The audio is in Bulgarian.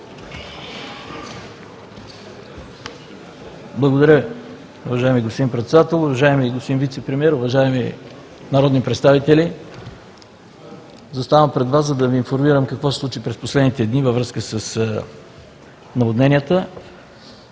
Благодаря Ви, уважаеми господин Председател. Уважаеми господин Вицепремиер, уважаеми народни представители! Заставам пред Вас, за да Ви информирам какво се случи през последните дни във връзка с наводненията